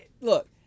look